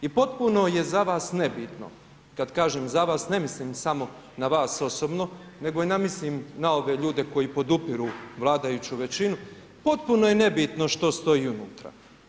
I potpuno je za vas nebitno kada kažem za vas, ne mislim samo na vas osobno nego … mislim i na ove ljude koji podupiru vladajuću većinu, potpuno je nebitno što stoji unutra.